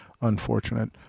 unfortunate